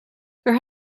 there